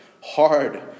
hard